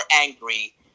angry